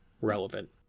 relevant